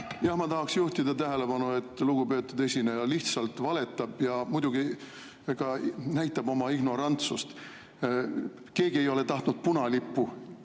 palun! Ma tahaks juhtida tähelepanu, et lugupeetud esineja lihtsalt valetab ja muidugi ka näitab oma ignorantsust. Keegi ei ole tahtnud punalippu